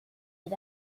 had